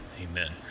Amen